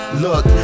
Look